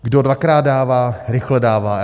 Kdo dvakrát dává, rychle dává.